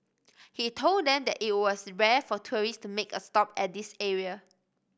he told them that it was rare for tourist to make a stop at this area